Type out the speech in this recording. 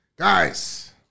Guys